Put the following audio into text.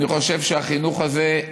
אני חושב שהחינוך הזה,